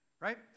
Right